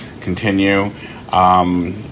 continue